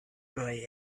boy